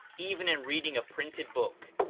even in reading a printed book,